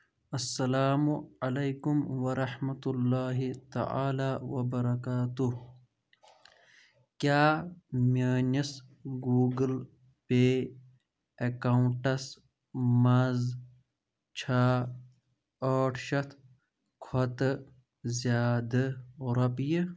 اسلام علیکُم ورحمتہ اللہ تعالٰی وبرکاتہ کیٛاہ میٲنِس گوٗگٕل پے ایکونٹَس منٛز چھا ٲٹھ شیٚتھ کھۄتہٕ زِیٛادٕ رۄپیہِ؟